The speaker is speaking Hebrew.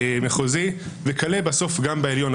מחוזי, וכלה בסוף גם בעליון.